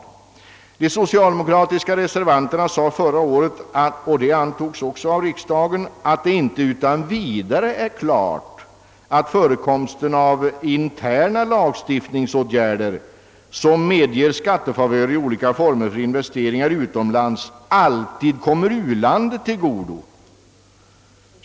I den socialdemokratiska reservationen förra året, vilken också antogs av riksdagen, påpekades att det inte utan vidare är klart att förekomsten av interna lagstiftningsåtgärder, som medger skattefavörer i olika former för investeringar utomlands, alltid gör att investeringar kommer u-landet till godo.